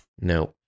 No